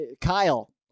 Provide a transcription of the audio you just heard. Kyle